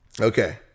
Okay